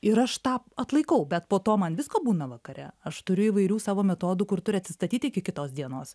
ir aš tą atlaikau bet po to man visko būna vakare aš turiu įvairių savo metodų kur turi atsistatyt iki kitos dienos